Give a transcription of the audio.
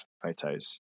photos